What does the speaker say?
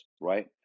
Right